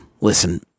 listen